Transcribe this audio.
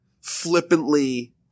flippantly